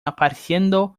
apareciendo